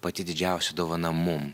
pati didžiausia dovana mum